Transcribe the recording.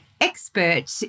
expert